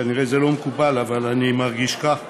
כנראה זה לא מקובל, אבל אני מרגיש כך,